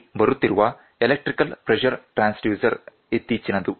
ಇಲ್ಲಿ ಬರುತ್ತಿರುವ electrical pressure transducer ಇತ್ತೀಚಿನದು